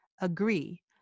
agree